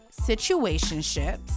situationships